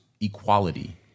equality